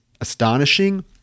astonishing